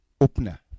opener